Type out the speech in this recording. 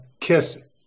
kiss